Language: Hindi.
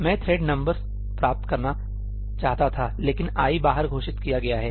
मैं थ्रेड नंबर प्राप्त करना चाहता था लेकिन 'i बाहर घोषित किया गया है